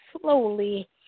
Slowly